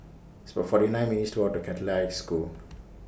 It's about forty nine minutes' to Walk to Catholic High School